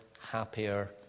happier